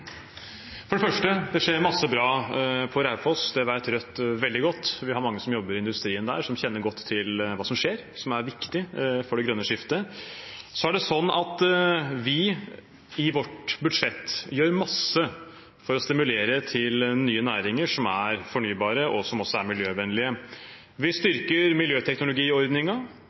For det første: Det skjer masse bra på Raufoss. Det vet Rødt veldig godt. Vi har mange som jobber i industrien der som kjenner veldig godt til hva som skjer, og som er viktig for det grønne skiftet. I vårt budsjett gjør vi masse for å stimulere til nye næringer som er fornybare, og som også er miljøvennlige. Vi styrker